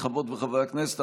חברות וחברי הכנסת,